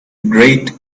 great